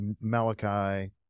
Malachi